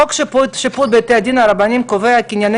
חוק שיפוט בתי דין רבניים קובע כי ענייני